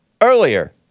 earlier